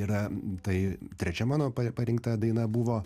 yra tai trečia mano parinkta daina buvo